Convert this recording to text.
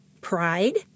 pride